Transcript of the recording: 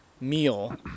meal